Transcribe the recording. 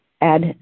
Add